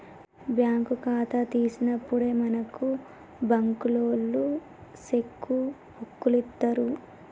bank ఖాతా తీసినప్పుడే మనకు బంకులోల్లు సెక్కు బుక్కులిత్తరు